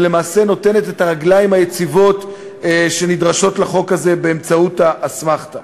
ולמעשה נותנת את הרגליים היציבות שנדרשות לחוק הזה באמצעות האסמכתה.